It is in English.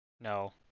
No